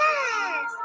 Yes